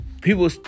people